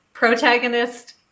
protagonist